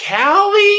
Callie